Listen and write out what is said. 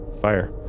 fire